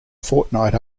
fortnight